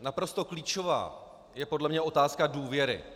Naprosto klíčová je podle mě otázka důvěry.